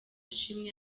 ishimwe